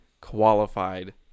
qualified